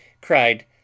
cried